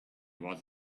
was